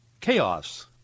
chaos